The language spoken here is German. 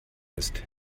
ist